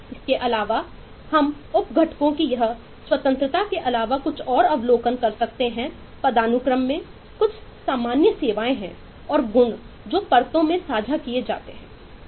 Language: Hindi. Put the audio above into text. इसके अलावा हम उप घटकों की यह स्वतंत्रता के अलावा कुछ और अवलोकन कर सकते हैं पदानुक्रम मैं कुछ सामान्य सेवाएं हैं और गुण जो परतों में साझा किए जाते हैं